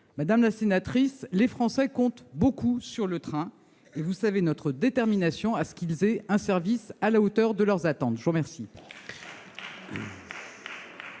Madame la sénatrice, les Français comptent beaucoup sur le train. Vous savez notre détermination à ce qu'ils aient un service à la hauteur de leurs attentes. La parole